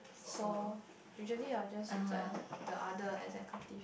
so usually I will just with the exec the other executive